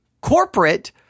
corporate